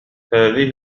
هذه